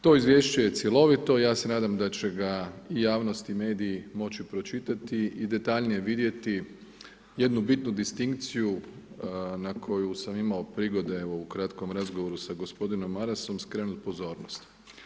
To izvješće je cjelovito, ja se nadam da će ga i javnost i mediji moći pročitati i detaljnije vidjeti jednu bitnu distinkciju na koju sam imao prigode u kratkom razgovoru sa gospodinom Marasom skrenuti pozornost.